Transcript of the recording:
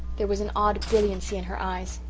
there was an odd brilliancy in her eyes.